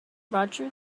roger